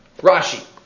Rashi